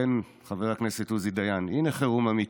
כן, חבר הכנסת עוזי דיין, הינה חירום אמיתי,